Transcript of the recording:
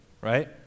right